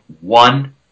one